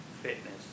fitness